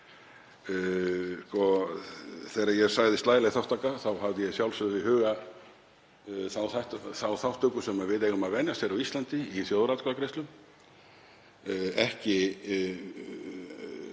Þegar ég sagði slæleg þátttaka hafði ég að sjálfsögðu í huga þá þátttöku sem við eigum að venjast hér á Íslandi í þjóðaratkvæðagreiðslu, ekki